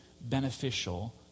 beneficial